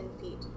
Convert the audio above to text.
feet